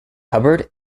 hubbard